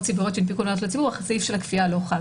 ציבוריות שהנפיקו אבל סעיף הכפייה לא חל.